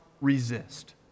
resist